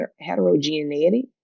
heterogeneity